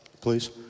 please